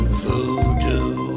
voodoo